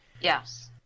Yes